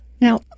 Now